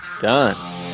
done